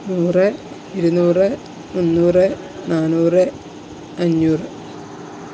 നൂറ് ഇരുന്നൂറ് മൂന്നൂറ് നാനൂറ് അഞ്ഞൂറ്